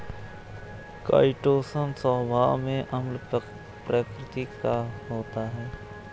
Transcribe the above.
chitosan स्वभाव में अम्ल प्रकृति का होता है